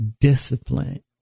discipline